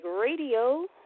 Radio